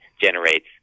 generates